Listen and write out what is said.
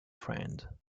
friend